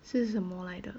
是什么来的